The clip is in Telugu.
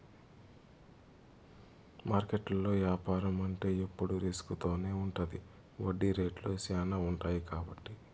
మార్కెట్లో యాపారం అంటే ఎప్పుడు రిస్క్ తోనే ఉంటది వడ్డీ రేట్లు శ్యానా ఉంటాయి కాబట్టి